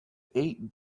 eight